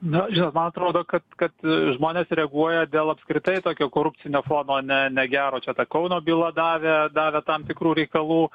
na žinot man atrodo kad kad žmonės reaguoja dėl apskritai tokio korupcinio fono ne negero čia ta kauno byla davė davė tam tikrų reikalų